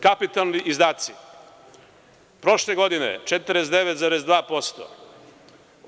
Kapitalni izdaci prošle godine 49,2%